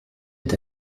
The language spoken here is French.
est